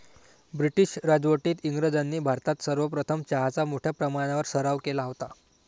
British राजवटीत इंग्रजांनी भारतात सर्वप्रथम चहाचा मोठ्या प्रमाणावर सराव केला होता